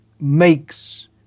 makes